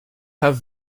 have